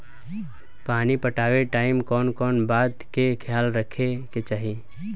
पानी पटावे टाइम कौन कौन बात के ख्याल रखे के पड़ी?